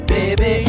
Baby